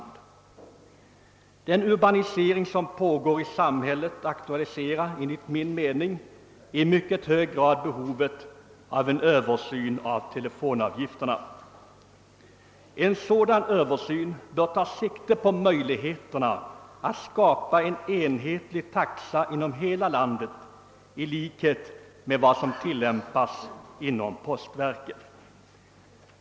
Den urbanisering som pågår i samhället aktualiserar enligt min mening starkt behovet av en översyn av telefonavgifterna. En sådan översyn bör ta sikte på möjligheterna att skapa en enhetlig taxa inom hela landet i likhet med vad som tillämpas inom postverket.